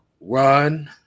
Run